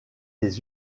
des